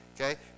Okay